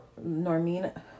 normina